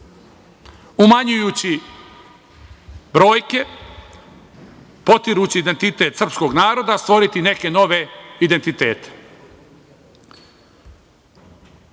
umanjujući brojke, potirući identitet srpskog naroda stvoriti neke nove identitete. Kada